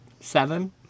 Seven